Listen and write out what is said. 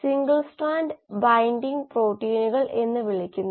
ഇപ്പോൾ ഞാൻ r0 r 1s r 2s r 3s തുടങ്ങിയവ എഴുതി